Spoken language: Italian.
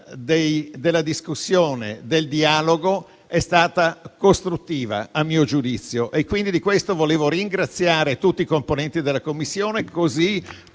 della discussione e del dialogo è stata costruttiva, a mio giudizio. Di questo volevo ringraziare tutti i componenti della Commissione